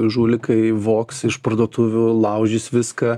žulikai vogs iš parduotuvių laužys viską